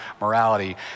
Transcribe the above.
morality